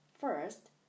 First